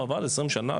הוא עבד 20 שנה,